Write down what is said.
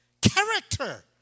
character